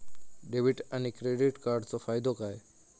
Debit आणि credit कार्डचो फायदो काय?